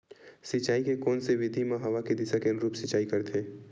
सिंचाई के कोन से विधि म हवा के दिशा के अनुरूप सिंचाई करथे?